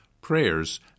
prayers